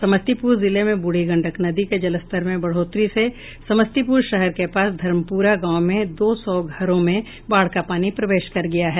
समस्तीपुर जिले में ब्रढ़ी गंडक नदी के जलस्तर में बढ़ोतरी से समस्तीपुर शहर के पास धर्मपुरा गांव में दो सौ घरों में बाढ़ का पानी प्रवेश कर गया है